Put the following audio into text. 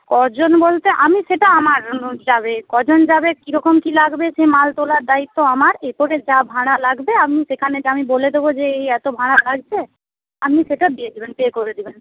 ক জন বলতে আমি সেটা আমার যাবে ক জন যাবে কীরকম কী লাগবে সে মাল তোলার দায়িত্ব আমার এরপরে যা ভাড়া লাগবে আমি সেখানে যেয়ে আমি বলে দেব যে এই এত ভাড়া লাগছে আপনি সেটা দিয়ে দেবেন পে করে দেবেন